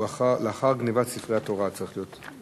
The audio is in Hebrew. לאחר גנבת ספרי התורה, צריך להיות.